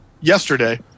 yesterday